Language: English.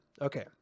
Okay